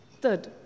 Third